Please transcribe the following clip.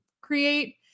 create